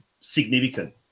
significant